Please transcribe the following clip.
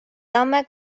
tamme